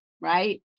Right